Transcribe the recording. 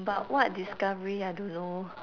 but what discovery I don't know